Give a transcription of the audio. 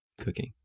cooking